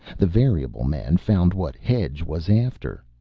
the variable man found what hedge was after.